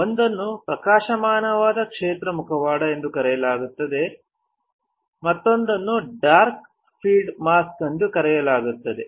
ಒಂದನ್ನು ಪ್ರಕಾಶಮಾನವಾದ ಕ್ಷೇತ್ರ ಮುಖವಾಡ ಎಂದು ಕರೆಯಲಾಗುತ್ತದೆ ಡಾರ್ಕ್ ಫೀಲ್ಡ್ ಮಾಸ್ಕ್ ಎಂದು ಕರೆಯಲಾಗುತ್ತದೆ